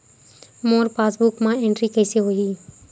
मोर passbook मा entry कइसे होही?